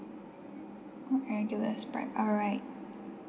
oh regular Sprite alright